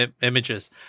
images